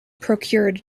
procured